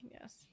yes